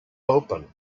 open